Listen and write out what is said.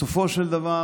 בסופו של דבר